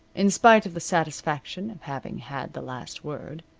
in spite of the satisfaction of having had the last word,